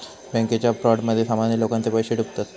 बॅन्केच्या फ्रॉडमध्ये सामान्य लोकांचे पैशे डुबतत